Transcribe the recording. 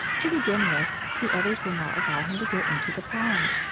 to begin with, the others will not allow him to go into the pond.